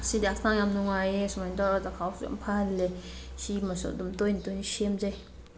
ꯁꯤꯅ ꯍꯛꯆꯥꯡ ꯌꯥꯝ ꯅꯨꯡꯉꯥꯏꯌꯦ ꯁꯨꯃꯥꯏꯅ ꯇꯧꯔ ꯆꯥꯛꯈꯥꯎꯁꯨ ꯌꯥꯝ ꯐꯍꯜꯂꯦ ꯁꯤꯃꯁꯨ ꯑꯗꯨꯝ ꯇꯣꯏ ꯇꯣꯏꯅ ꯁꯦꯝꯖꯩ